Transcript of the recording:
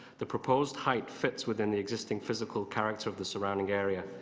the proposed height fits within the existing physical character of the surrounding area.